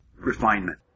Refinement